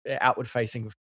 outward-facing